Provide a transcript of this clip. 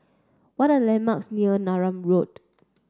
what are landmarks near Neram Road